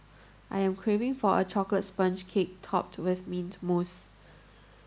I am craving for a chocolate sponge cake topped with mint mousse